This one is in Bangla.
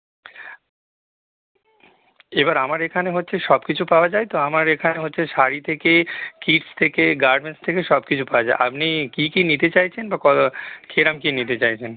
এবার আমার এখানে হচ্ছে সব কিছু পাওয়া যায় তো আমার এখানে হচ্ছে শাড়ি থেকে কিডস থেকে গার্মেন্টস থেকে সব কিছু পাওয়া যায় আপনি কী কী নিতে চাইছেন বা ক কিরম কী নিতে চাইছেন